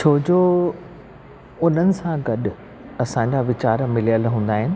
छोजो उन्हनि सां गॾु असांजा वीचार मिलियलु हूंदा आहिनि